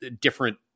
different